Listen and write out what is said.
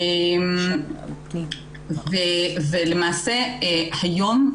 ולמעשה היום,